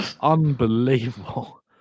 unbelievable